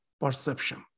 perception